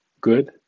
good